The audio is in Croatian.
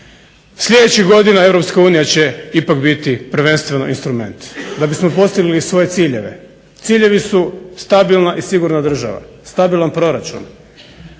Sljedećih godina EU će ipak biti prvenstveno instrument da bismo postigli svoje ciljeve. Ciljevi su stabilna i sigurna država, stabilan proračun,